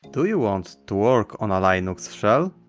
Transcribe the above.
do you want to work on a linux shell?